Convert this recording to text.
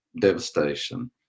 devastation